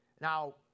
Now